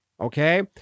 okay